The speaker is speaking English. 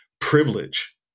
privilege